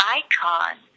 icon